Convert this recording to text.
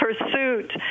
pursuit